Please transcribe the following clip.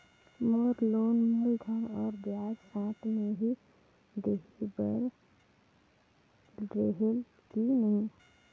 मोर loan मूलधन और ब्याज साथ मे ही देहे बार रेहेल की?